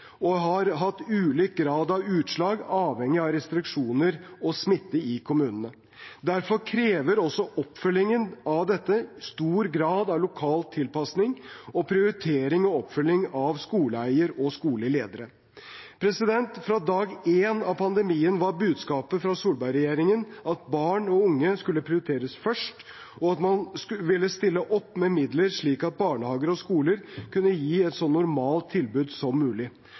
og har hatt ulik grad av utslag avhengig av restriksjoner og smitte i kommunene. Derfor krever også oppfølgingen av dette stor grad av lokal tilpasning og prioritering og oppfølging av skoleeiere og skoleledere. Fra dag én av pandemien var budskapet fra Solberg-regjeringen at barn og unge skulle prioriteres først, og at man ville stille opp med midler slik at barnehager og skoler kunne gi et så normalt tilbud som mulig.